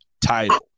title